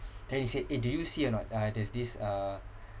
then he said eh do you see or not uh there's this uh